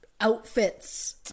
outfits